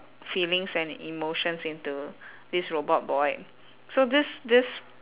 feelings and emotions into this robot boy so this this